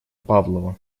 павлова